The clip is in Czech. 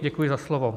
Děkuji za slovo.